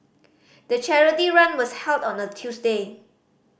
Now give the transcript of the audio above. the charity run was held on a Tuesday